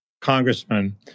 congressman